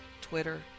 twitter